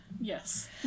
yes